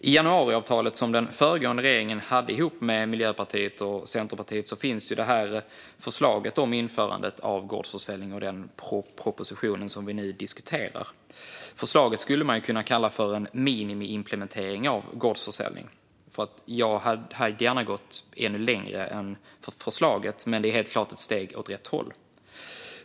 I januariavtalet, som den föregående regeringen hade tillsammans med Miljöpartiet och Centerpartiet, fanns förslaget om införande av gårdsförsäljning med, och den proposition som vi nu diskuterar togs fram. Man skulle kunna kalla förslaget för en minimiimplementering av gårdsförsäljning. Jag hade gärna gått ännu längre än det föreslås, men det är helt klart ett steg åt rätt håll.